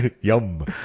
Yum